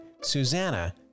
Susanna